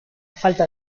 falta